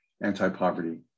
anti-poverty